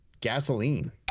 Gasoline